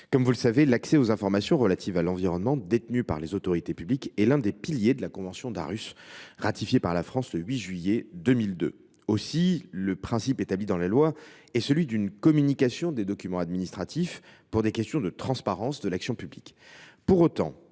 Comme vous le savez, l’accès aux informations relatives à l’environnement détenues par les autorités publiques est l’un des piliers de la convention d’Aarhus, ratifiée par la France le 8 juillet 2002. Aussi, le principe établi dans la loi est celui d’une communication des documents administratifs pour des questions de transparence de l’action publique.